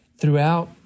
throughout